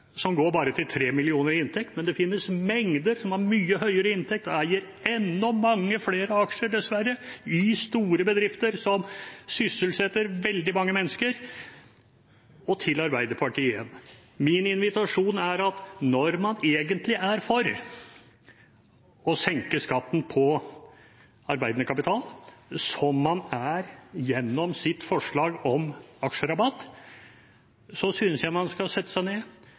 som går bare til 3 mill. kr i inntekt, men det finnes mengder som har mye høyere inntekt og eier mange flere aksjer, dessverre, i store bedrifter, som sysselsetter veldig mange mennesker. Og til Arbeiderpartiet igjen: Min invitasjon er at når man egentlig er for å senke skatten på arbeidende kapital, som man er gjennom sitt forslag om aksjerabatt, synes jeg man skal sette seg ned,